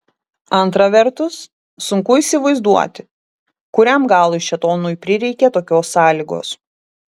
antra vertus sunku įsivaizduoti kuriam galui šėtonui prireikė tokios sąlygos